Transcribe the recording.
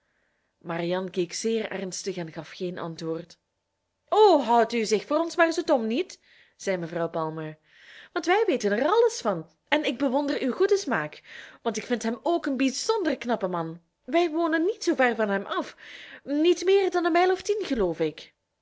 marianne keek zeer ernstig en gaf geen antwoord o houdt u zich voor ons maar zoo dom niet zei mevrouw palmer want wij weten er alles van en ik bewonder uw goeden smaak want ik vind hem ook een bijzonder knappen man wij wonen niet zoo ver van hem af niet meer dan een mijl of tien geloof ik